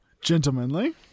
Gentlemanly